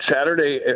Saturday